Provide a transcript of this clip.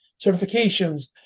certifications